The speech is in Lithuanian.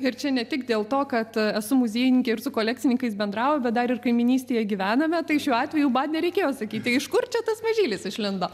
ir čia ne tik dėl to kad esu muziejininkė ir su kolekcininkais bendrauju bet dar ir kaimynystėje gyvename tai šiuo atveju man nereikėjo sakyti iš kur čia tas mažylis išlindo